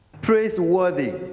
praiseworthy